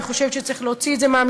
אני חושבת שצריך להוציא את זה מהמשרד